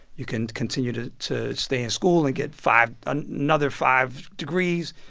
you can continue to to stay in school and get five another five degrees.